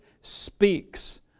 speaks